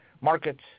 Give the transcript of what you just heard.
markets